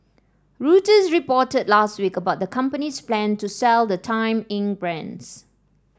reuters reported last week about the company's plan to sell the Time Inc brands